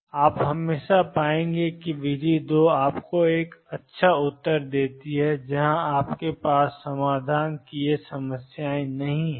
और आप हमेशा पाएंगे कि विधि दो आपको एक उत्तर देती है जहां आपके पास समाधान की ये समस्याएं नहीं हैं